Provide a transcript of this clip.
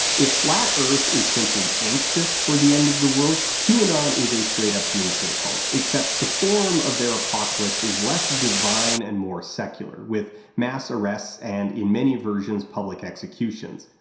if flat earth is simply anxious for the end of the world, qanon is a straight up doomsday cult, except the form of their apocalypse is less divine and more secular, with mass arrests and, in many versions, public executions.